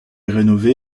rénové